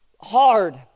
hard